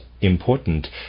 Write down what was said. important